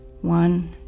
One